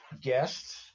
guests